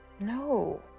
no